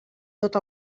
tot